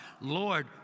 Lord